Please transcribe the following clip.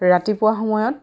ৰাতিপুৱা সময়ত